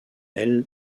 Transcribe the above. aile